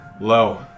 Low